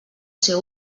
ser